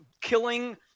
killing